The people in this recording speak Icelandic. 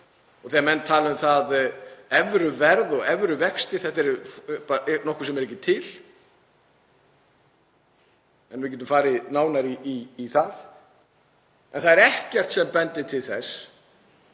og þegar menn tala um evruverð og evruvexti þá er það nokkuð sem er ekki til, en við getum farið nánar í það — er ekkert sem bendir til þess